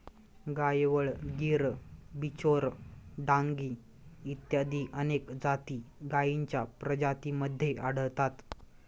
गायवळ, गीर, बिचौर, डांगी इत्यादी अनेक जाती गायींच्या प्रजातींमध्ये आढळतात